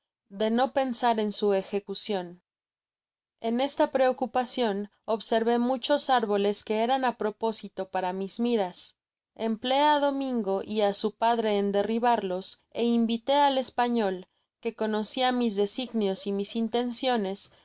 de no pensar en su ejecucion en esta preocupacion observé muchos árboles que eran á propósito para mis miras empleé á domingo y á sn padre en derribarlos é invité al español que concia mis designios y mis intenciones que